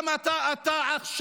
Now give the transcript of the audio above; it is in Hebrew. גם אתה עכשיו,